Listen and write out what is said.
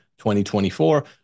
2024